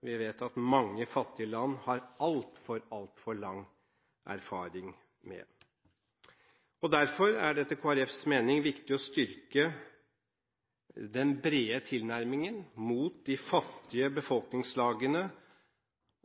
vi vet at mange fattige land har altfor, altfor lang erfaring med. Derfor er det etter Kristelig Folkepartis mening viktig å styrke den brede tilnærmingen i forhold til de fattige befolkningslagene